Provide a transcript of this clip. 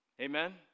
Amen